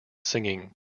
singing